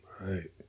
Right